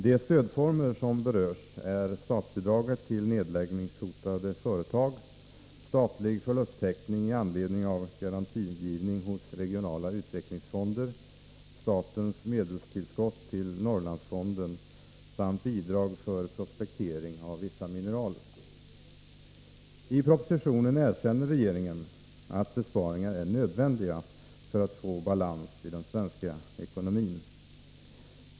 De stödformer som berörs är statsbidraget till nedläggningshotade företag, statlig förlusttäckning i anledning av garantigivning hos regionala utvecklingsfonder, statens medelstillskott till Norrlandsfonden samt bidrag för prospektering av vissa mineral. I propositionen erkänner regeringen att besparingar är nödvändiga för att skapa balans i den svenska ekonomin.